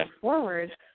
forward